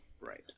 right